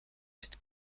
ist